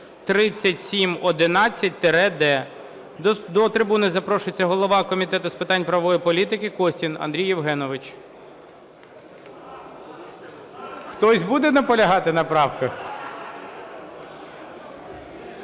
3711-д). До трибуни запрошується голова Комету з питань правової політики Костін Андрій Євгенович. Хтось буде наполягати на правках?